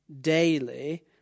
daily